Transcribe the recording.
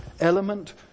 element